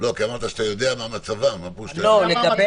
אבל בנוסח אנו רוצים שזה יופיע, כל אחת